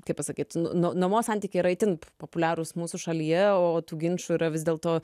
kaip pasakyt nu nuomos santykiai yra itin populiarūs mūsų šalyje o tų ginčų yra vis dėl to